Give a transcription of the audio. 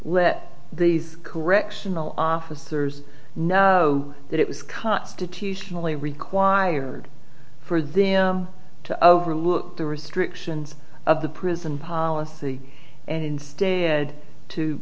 let these correctional officers know that it was constitutionally required for them to overlook the restrictions of the prison policy and instead to